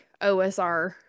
OSR